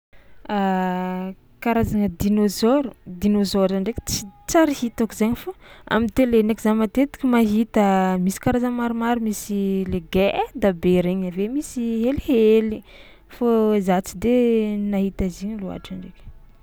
Karazagna dinôzôro, dinôzôro zany ndraiky ts- tsary hitako zainy fô am'tele ndraiky za mahita misy karazany maromaro misy le geda be regny, avy eo misy helihely fô za tsy de nahita izy igny loatra ndraiky.